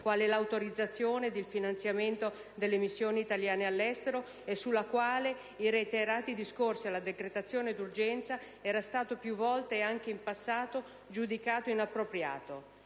quale l'autorizzazione e il finanziamento delle missioni italiane all'estero, sulla quale il reiterato ricorso alla decretazione d'urgenza era stato più volte, anche in passato, giudicato inappropriato,